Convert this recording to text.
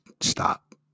stop